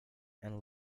and